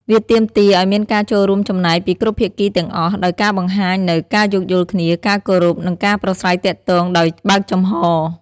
វាទាមទារឱ្យមានការចូលរួមចំណែកពីគ្រប់ភាគីទាំងអស់ ដោយការបង្ហាញនូវ ការយោគយល់គ្នា ការគោរព និងការប្រាស្រ័យទាក់ទងដោយបើកចំហរ។